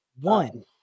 One